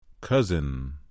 Cousin